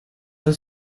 the